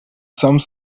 some